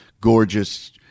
gorgeous